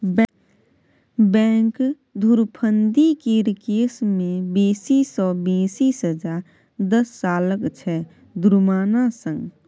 bank धुरफंदी केर case मे बेसी सँ बेसी सजा दस सालक छै जुर्माना संग